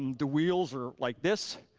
the wheels are like this,